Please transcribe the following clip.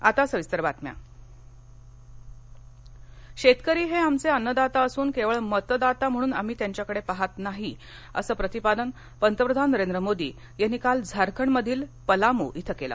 पंतप्रधान शेतकरी हे आमचे अन्नदाता असून केवळ मतदाता म्हणून आम्ही त्यांकडे पाहत नाही असं प्रतिपादन पंतप्रधान नरेंद्र मोदी यांनी काल झारखंडमधील पलामू इथं केलं